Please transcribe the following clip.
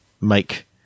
make